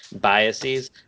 biases